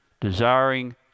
desiring